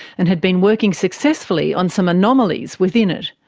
and had been working successfully on some anomalies within it.